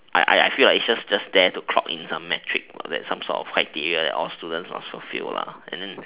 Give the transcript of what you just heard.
I I feel like it's just just there to clock in some metric like some sort of criteria that all students must fulfill and then